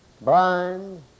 blind